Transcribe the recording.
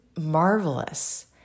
marvelous